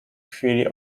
chwili